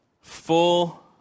Full